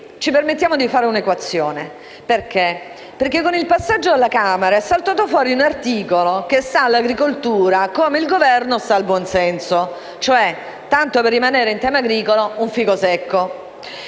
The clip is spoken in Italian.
ci permettiamo di fare un'equazione, perché con il passaggio alla Camera è saltato fuori un articolo che sta all'agricoltura come il Governo sta al buonsenso; cioè, tanto per rimanere in tema agricolo, un fico secco.